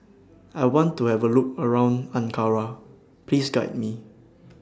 I want to Have A Look around Ankara Please Guide Me